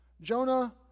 Jonah